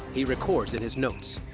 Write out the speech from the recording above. he records in his notes.